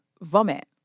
vomit